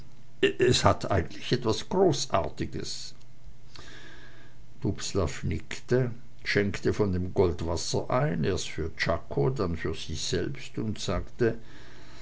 es hat eigentlich was großartiges dubslav nickte schenkte von dem goldwasser ein erst für czako dann für sich selbst und sagte